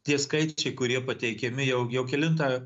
tie skaičiai kurie pateikiami jau jau kelintą